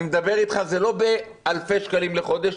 זה לא אלפי שקלים בחודש,